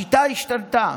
כשהשיטה השתנתה.